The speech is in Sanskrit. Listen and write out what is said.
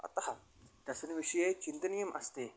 अतः तस्मिन् विषये चिन्तनीयम् अस्ति